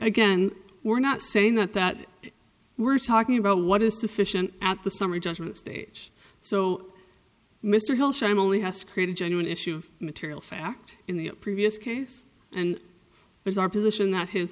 again we're not saying that that we're talking about what is sufficient at the summary judgment stage so mr hill shame only has created genuine issue of material fact in the previous case and there's our position that his